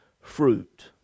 fruit